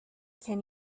can